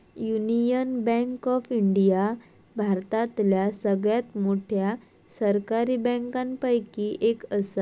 union bank of India भारतातल्या सगळ्यात मोठ्या सरकारी बँकांपैकी एक असा